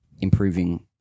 improving